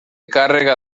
càrrega